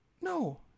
No